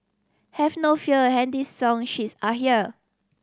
have no fear handy song sheets are here